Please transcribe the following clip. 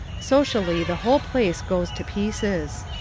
socially the whole place goes to pieces.